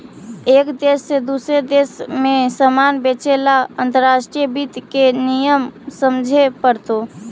एक देश से दूसरे देश में सामान बेचे ला अंतर्राष्ट्रीय वित्त के नियम समझे पड़तो